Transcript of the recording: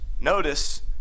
Notice